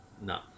No